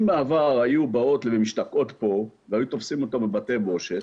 אם בעבר היו באות ומשתקעות פה והיו תופסים אותן בבתי בושת,